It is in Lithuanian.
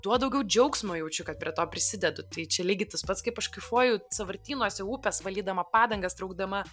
tuo daugiau džiaugsmo jaučiu kad prie to prisidedu tai čia lygiai tas pats kaip aš kaifuoju sąvartynuose upes valydama padangas traukdama